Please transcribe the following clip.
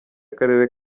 akarere